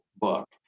book